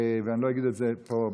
אני לא אגיד את זה פה.